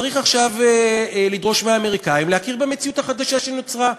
צריך עכשיו לדרוש מהאמריקנים להכיר במציאות החדשה שנוצרה.